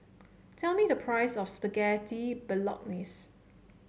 tell me the price of Spaghetti Bolognese